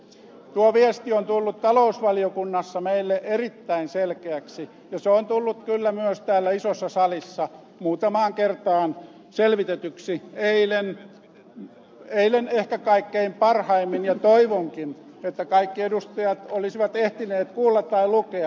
tuo viesti on tullut talousvaliokunnassa meille erittäin selkeäksi ja se on tullut kyllä myös täällä isossa salissa muutamaan kertaan selvitetyksi eilen ehkä kaikkein parhaimmin ja toivonkin että kaikki edustajat olisivat ehtineet kuulla tai lukea ed